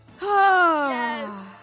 Yes